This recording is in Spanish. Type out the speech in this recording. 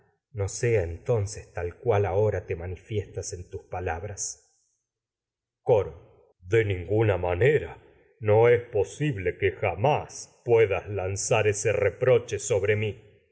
ahora te mani fiestas en palabras coro más de ninguna ese manera no es posible que ja puedas lanzar reproche sobre mi